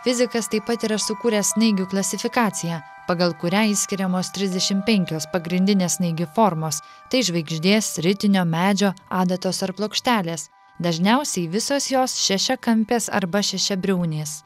fizikas taip pat yra sukūręs snaigių klasifikaciją pagal kurią išskiriamos trisdešimt penkios pagrindinės snaigių formos tai žvaigždės ritinio medžio adatos ar plokštelės dažniausiai visos jos šešiakampės arba šešiabriaunės